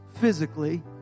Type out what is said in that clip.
physically